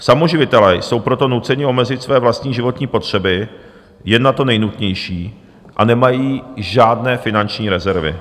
Samoživitelé jsou proto nuceni omezit své vlastní životní potřeby jen na to nejnutnější a nemají žádné finanční rezervy.